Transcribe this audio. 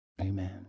Amen